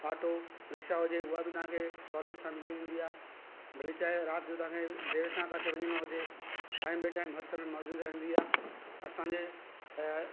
auto rickshaw हुजे उहा बि तव्हांखे सहुलियत सां मिली वेंदी आहे भली चाहे राति जो तव्हांखे देरि सां किते वञिणो हुजे टाइम टू टाइम हर समय मौजूद रहंदी आहे असांजे ऐं